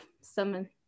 summon